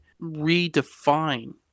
redefine